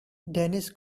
dennis